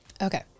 okay